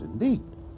indeed